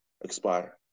expire